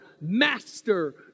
master